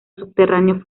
subterráneo